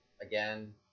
again